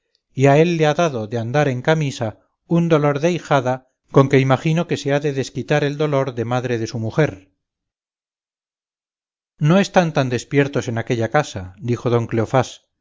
y a él le ha dado de andar en camisa un dolor de ijada con que imagino que se ha de desquitar del dolor de madre de su mujer no están tan despiertos en aquella casa dijo don